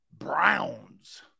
Browns